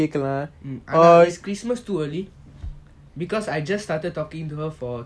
err is christmas too early because I just started talking to her for